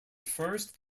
first